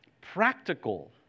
practical